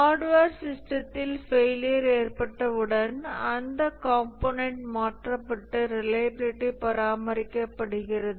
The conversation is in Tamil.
ஹார்ட்வேர் சிஸ்டத்தில் ஃபெயிலியர் ஏற்பட்டவுடன் அந்த கம்போனன்ட் மாற்றப்பட்டு ரிலையபிலிட்டி பராமரிக்கப்படுகிறது